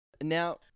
Now